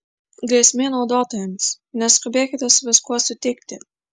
grėsmė naudotojams neskubėkite su viskuo sutikti